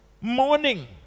morning